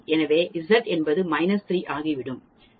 எனவே Z என்பது 3 ஆகிவிடும்